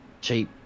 cheap